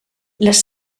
les